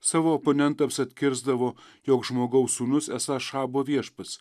savo oponentams atkirsdavo jog žmogaus sūnus esąs šabo viešpats